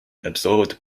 absorbed